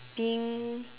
being